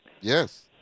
Yes